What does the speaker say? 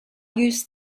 use